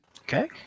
Okay